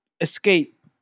escape